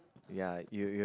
ya you you